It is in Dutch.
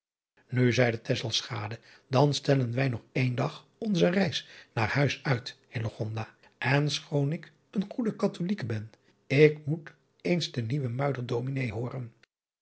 illegonda uisman dan stellen wij nog één dag onze reis naar huis uit en schoon ik een goede atholijke ben ik moet eens den nieuwen uider ominé hooren